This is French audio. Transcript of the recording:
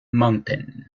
mountain